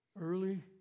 Early